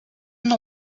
know